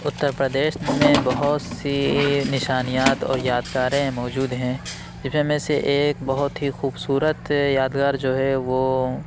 اتر پردیش میں بہت سی نشانیات اور یادگاریں موجود ہیں جس میں میں سے ایک بہت ہی خوبصورت یادگار جو ہے وہ